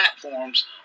platforms